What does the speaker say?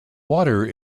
water